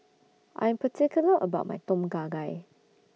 I'm particular about My Tom Kha Gai